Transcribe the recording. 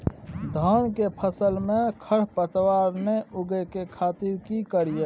धान के फसल में खरपतवार नय उगय के खातिर की करियै?